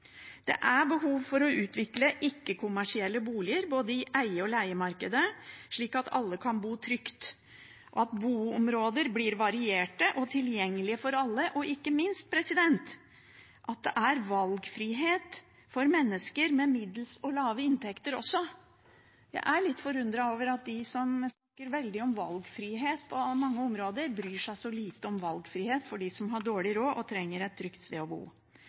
Det er behov for å utvikle ikke-kommersielle boliger både i eie- og leiemarkedet, slik at alle kan bo trygt, at boområder blir varierte og tilgjengelige for alle, og ikke minst at det er valgfrihet også for mennesker med middels og lave inntekter. Jeg er litt forundret over at de som snakker veldig mye om valgfrihet på mange områder, bryr seg så lite om valgfrihet for dem som har dårlig råd og trenger et trygt sted å bo.